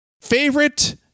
favorite